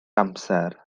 amser